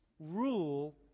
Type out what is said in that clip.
rule